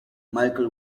michael